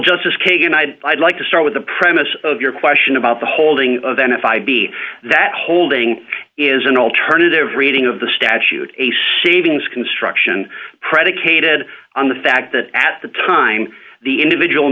justice kagan i'd like to start with the premise of your question about the holding busy of n f i b that holding is an alternative reading of the statute a shave ings construction predicated on the fact that at the time the individual